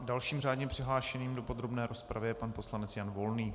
Dalším řádně přihlášeným do podrobné rozpravy je pan poslanec Jan Volný.